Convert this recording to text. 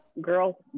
girl